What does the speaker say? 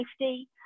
safety